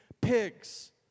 pigs